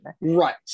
Right